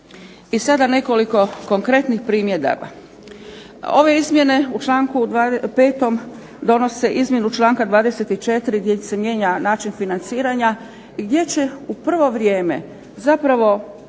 I sada nekoliko konkretnih primjedaba. Ove izmjene u čl. 5. donose izmjenu čl. 24. gdje se mijenja način financiranja i gdje će u prvo vrijeme zapravo